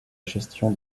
gestion